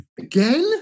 Again